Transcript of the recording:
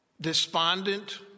despondent